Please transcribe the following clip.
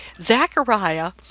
Zechariah